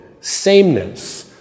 sameness